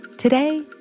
Today